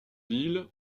ville